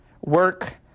work